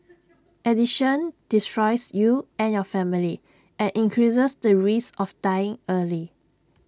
addiction destroys you and your family and increases the risk of dying early